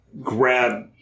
grab